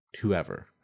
whoever